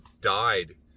died